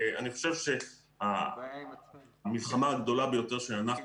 ואני חושב שהמלחמה הגדולה ביותר שאנחנו